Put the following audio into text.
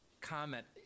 comment